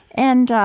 and